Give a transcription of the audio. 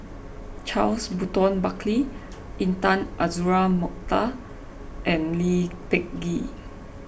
Charles Burton Buckley Intan Azura Mokhtar and Lee Peh Gee